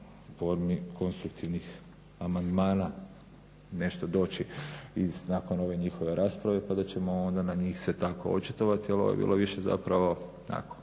formi konstruktivnih amandmana nešto doći i nakon ove njihove rasprave pa da ćemo onda na njih se tako očitovati jer ovo je bilo više zapravo onako